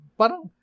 parang